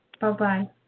Bye-bye